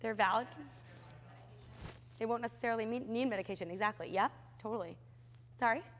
they're valid they won't necessarily need new medication exactly yet totally sorry